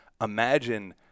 imagine